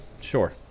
sure